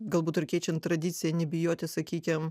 galbūt ir keičiant tradiciją bijoti sakykim